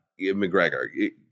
McGregor